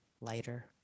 lighter